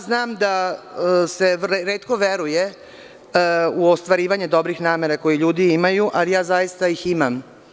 Znam da se retko veruje u ostvarivanje dobrih namera koje ljudi imaju, ali ja ih zaista imam.